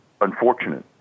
unfortunate